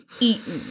eaten